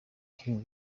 hill